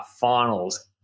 finals